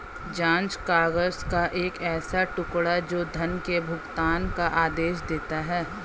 जाँच काग़ज़ का एक ऐसा टुकड़ा, जो धन के भुगतान का आदेश देता है